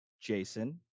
Jason